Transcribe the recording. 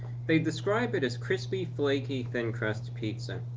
they describe it as crispy flaky thin crust pizza.